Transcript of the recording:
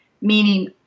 meaning